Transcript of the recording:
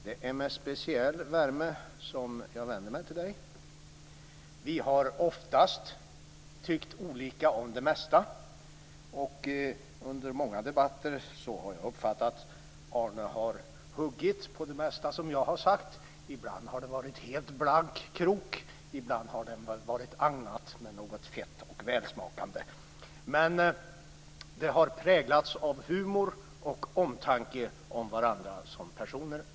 Det är med speciell värme jag vänder mig till honom. Vi har oftast tyckt olika om det mesta. Under många debatter har jag uppfattat att Arne har huggit på det mesta som jag har sagt. Ibland har det varit helt blank krok; ibland har den varit agnad med något fett och välsmakande. Men det har präglats av humor och omtanke om varandra som personer.